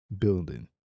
building